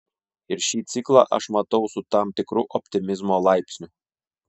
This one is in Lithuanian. ir šį ciklą aš matau su tam tikru optimizmo laipsniu